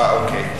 אוקיי.